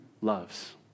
loves